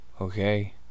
okay